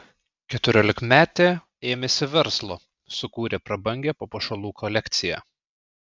keturiolikmetė ėmėsi verslo sukūrė prabangią papuošalų kolekciją